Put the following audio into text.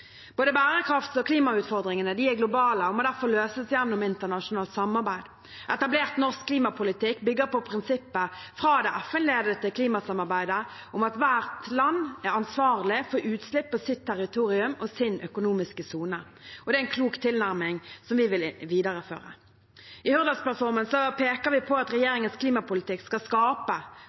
klimautfordringene er globale og må derfor løses gjennom internasjonalt samarbeid. Etablert norsk klimapolitikk bygger på prinsippet fra det FN-ledede klimasamarbeidet om at ethvert land er ansvarlig for utslipp fra sitt territorium og i sin økonomiske sone. Det er en klok tilnærming som vi vil videreføre. I Hurdalsplattformen peker vi på at regjeringens klimapolitikk skal skape